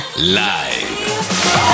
Live